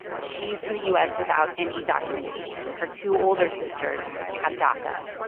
she's in the u s. without any documentation. her two older sisters have daca